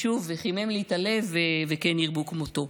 שוב, זה חימם לי את הלב, וכן ירבו כמותו.